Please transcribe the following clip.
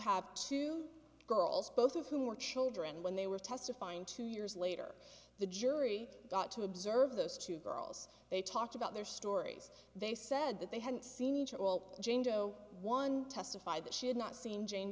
have two girls both of whom were children when they were testifying two years later the jury got to observe those two girls they talked about their stories they said that they hadn't seen each all jane doe one testify that she had not seen jane